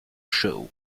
show